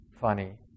funny